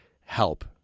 help